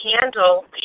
handle